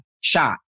shot